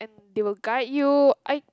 they will guide you I